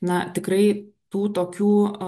na tikrai tų tokių